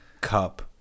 Cup